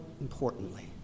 importantly